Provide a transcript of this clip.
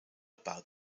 about